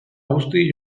guzti